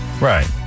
Right